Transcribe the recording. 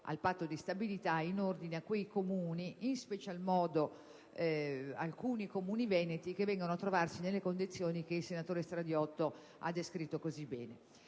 al Patto di stabilità in ordine a quei Comuni, in special modo alcuni Comuni veneti, che vengano a trovarsi nelle condizioni che il senatore Stradiotto ha descritto così bene.